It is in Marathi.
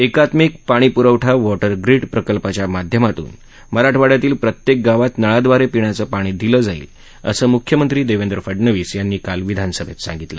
एकात्मिक पाणी पुरवठा वॉटर ग्रीड प्रकल्पाच्या माध्यमातून मराठवाड्यातील प्रत्येक गावात नळाद्वारे पिण्याचं पाणी दिलं जाईल असं मुख्यमंत्री देवेंद्र फडनवीस यांनी काल विधानसभेत सांगितलं